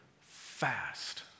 fast